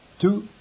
Two